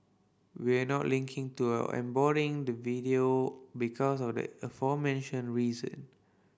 we're not linking to or embedding the video because of the aforementioned reason